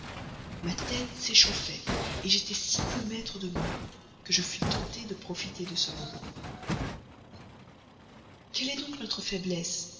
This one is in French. ma tête s'échauffait j'étais si peu maître de moi que je fus tenté de profiter de ce moment quelle est donc notre faiblesse